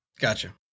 Gotcha